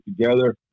together